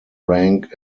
rank